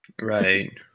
Right